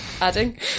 adding